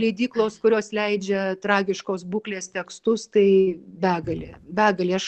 leidyklos kurios leidžia tragiškos būklės tekstus tai begalė begalė aš